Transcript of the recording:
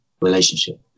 relationship